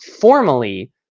formally